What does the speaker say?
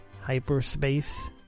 Hyperspace